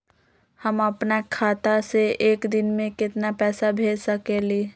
हम अपना खाता से एक दिन में केतना पैसा भेज सकेली?